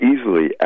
easily